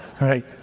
right